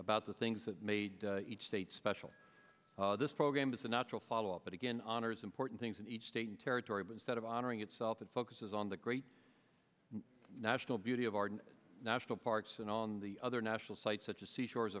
about the things that made each state special programs a natural follow up but again honors important things in each state and territory but instead of honoring itself it focuses on the great national beauty of our national parks and on the other national sites such as seashore